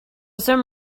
some